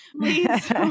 Please